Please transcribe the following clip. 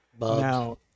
Now